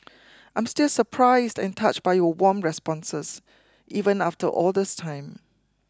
I'm still surprised and touched by your warm responses even after all this time